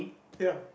ya